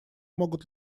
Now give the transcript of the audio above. могут